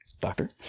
doctor